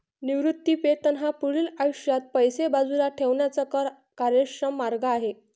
निवृत्ती वेतन हा पुढील आयुष्यात पैसे बाजूला ठेवण्याचा कर कार्यक्षम मार्ग आहे